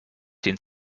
den